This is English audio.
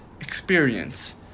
experience